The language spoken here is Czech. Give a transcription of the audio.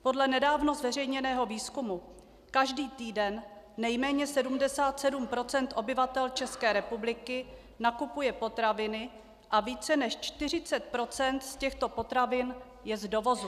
Podle nedávno zveřejněného výzkumu každý týden nejméně 77 % obyvatel České republiky nakupuje potraviny a více než 40 % z těchto potravin je z dovozu.